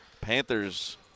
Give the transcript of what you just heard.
Panthers